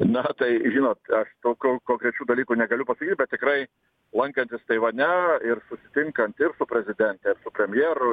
na tai žinot aš tokių konkrečių dalykų negaliu pasakyt bet tikrai lankantis taivane ir susitinkant ir su prezidente ir su premjeru